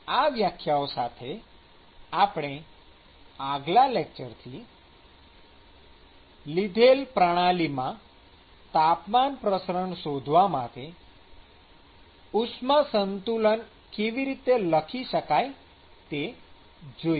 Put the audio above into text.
આ વ્યાખ્યાઓ સાથે આપણે આગલા લેકચરથી લીધેલ પ્રણાલીમાં તાપમાન વિતરણ શોધવા માટે ઉષ્મા સંતુલન કેવી રીતે લખી શકાય તે જોઈશું